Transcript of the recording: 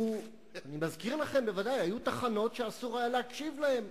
אני מזכיר לכם שהיו תחנות שאסור היה להקשיב להן.